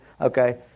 okay